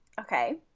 Okay